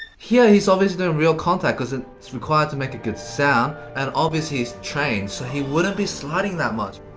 here he's obviously doing real contact cos it's required to make a good sound. and obviously he's trained, so he wouldn't be sliding that much.